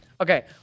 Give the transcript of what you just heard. Okay